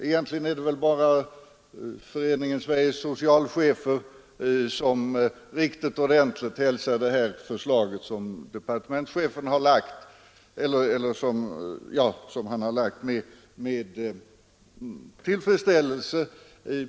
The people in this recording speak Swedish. Egentligen är det väl bara Föreningen Sveriges socialchefer som hälsat departementschefens förslag med riktig tillfredsställelse.